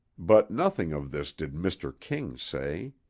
but nothing of this did mr. king say.